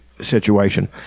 situation